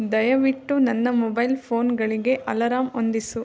ದಯವಿಟ್ಟು ನನ್ನ ಮೊಬೈಲ್ ಫೋನ್ಗಳಿಗೆ ಅಲರಾಂ ಹೊಂದಿಸು